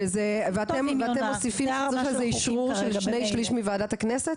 ואתם מוסיפים לזה אשרור של שני שליש מוועדת הכנסת?